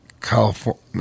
California